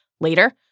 Later